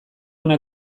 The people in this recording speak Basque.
hona